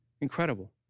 Incredible